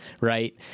Right